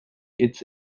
its